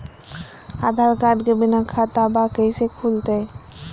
आधार card के बिना खाताबा कैसे खुल तय?